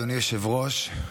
אדוני היושב-ראש,